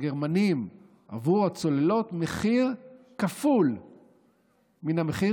לגרמנים עבור הצוללות מחיר כפול מן המחיר